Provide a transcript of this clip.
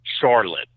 Charlotte